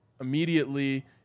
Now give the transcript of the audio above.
immediately